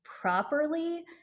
properly